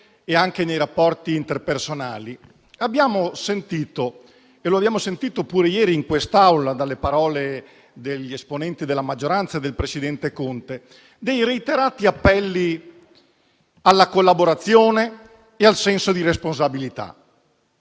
e anche nei rapporti interpersonali - lo abbiamo sentito pure ieri in quest'Aula nelle parole degli esponenti della maggioranza e dal presidente Conte - ci sono stati rivolti reiterati appelli alla collaborazione e al senso di responsabilità.